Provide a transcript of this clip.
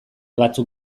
batzuk